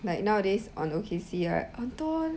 like nowadays on O_K_C right 很多人